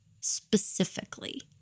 specifically